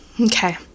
okay